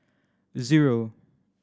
zero